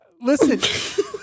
Listen